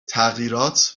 تغییرات